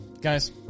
guys